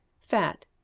Fat